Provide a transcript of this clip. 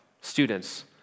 students